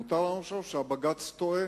מותר לנו לחשוב שהבג"ץ טועה.